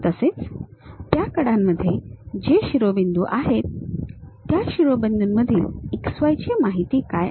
तसेच त्या कडांमध्ये जे शिरोबिंदू आहेत त्या शिरोबिंदूंमधील x y ची माहिती काय आहे